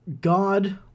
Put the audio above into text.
God